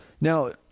Now